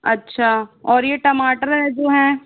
अच्छा और यह टमाटर यह जो हैं